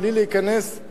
בלי להיכנס ל,